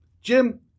Jim